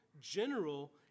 general